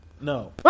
no